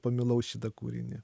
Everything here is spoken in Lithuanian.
pamilau šitą kūrinį